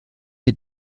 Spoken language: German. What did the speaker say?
mir